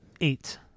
Eight